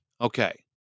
Okay